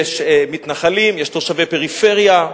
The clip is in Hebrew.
יש מתנחלים, יש תושבי הפריפריה,